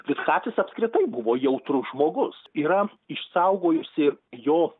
vitkacis apskritai buvo jautrus žmogus yra išsaugojusi jo